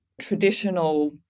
traditional